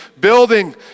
building